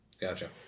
Gotcha